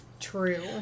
true